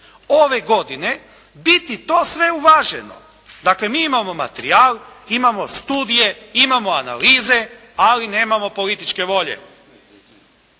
ove godine biti to sve uvaženo. Dakle, mi imamo materijal, imamo studije, imamo analize, ali nemamo političke volje.